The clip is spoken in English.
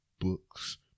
Books